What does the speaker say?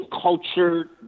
culture